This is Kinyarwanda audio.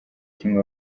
kimwe